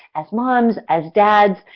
as moms, as dads,